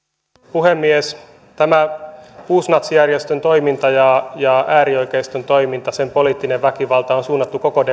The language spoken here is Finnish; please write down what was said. puhemies tämä uusnatsijärjestön toiminta ja ja äärioikeiston toiminta sen poliittinen väkivalta on suunnattu koko